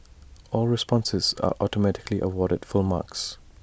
all responses are automatically awarded full marks